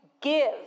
give